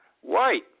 white